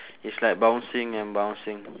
it's like bouncing and bouncing